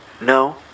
No